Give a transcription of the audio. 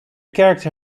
character